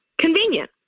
convenient